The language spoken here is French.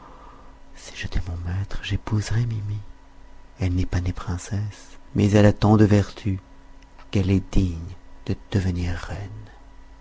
si j'étais mon maître j'épouserais biby elle n'est pas née princesse mais elle a tant de vertus qu'elle est digne de devenir reine